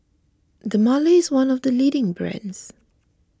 Dermale is one of the leading brands